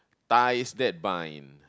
ties that bind